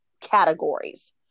categories